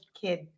kid